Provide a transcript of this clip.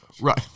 Right